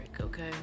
Okay